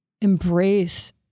embrace